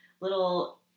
little